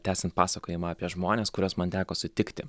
tęsiant pasakojimą apie žmones kuriuos man teko sutikti